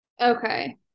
okay